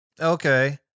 Okay